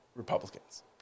Republicans